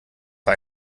bei